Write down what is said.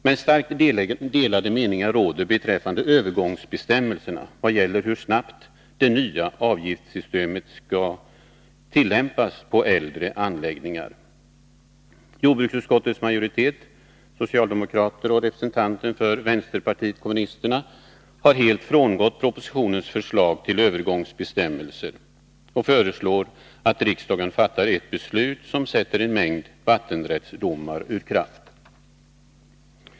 Men starkt delade meningar råder beträffande övergångsbestämmelserna vad gäller hur snabbt det nya avgiftssystemet skall tillämpas på äldre anläggningar. Jordbruksutskottets majoritet — socialdemokraterna och representanten för vänsterpartiet kommunisterna — har helt frångått propositionens förslag till övergångsbestämmelser och föreslår att riksdagen fattar ett belsut som sätter en mängd vattenrättsdomar ur kraft.